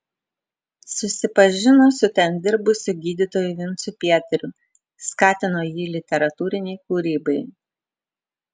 susipažino su ten dirbusiu gydytoju vincu pietariu skatino jį literatūrinei kūrybai